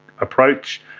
approach